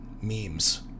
memes